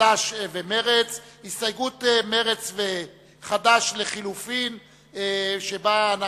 תשעה בעד, 41 נגד, שני נמנעים.